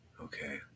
okay